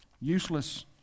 useless